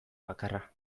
bakarra